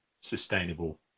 sustainable